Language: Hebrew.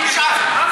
חבר הכנסת טיבי, נו.